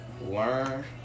learn